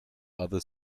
other